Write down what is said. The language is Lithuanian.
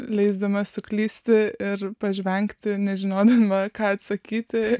leisdama suklysti ir pažvelgti nežinodama ką atsakyti